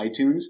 iTunes